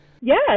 Yes